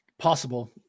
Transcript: possible